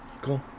cool